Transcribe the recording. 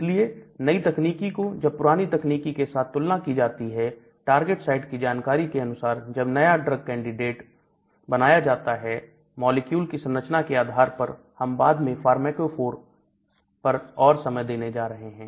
इसलिए नई तकनीकों को जब पुरानी तकनीकों के साथ तुलना की जाती है टारगेट साइट की जानकारी के अनुसार जब नया ड्रंक कैंडिडेट बनाया जाता है मॉलिक्यूल की संरचना के आधार पर हम बाद में Pharmacophore और समय देने जा रहे हैं